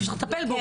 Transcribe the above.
ואי-אפשר לטפל בו,